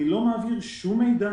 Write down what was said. אני לא מעביר שום מידע